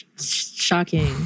Shocking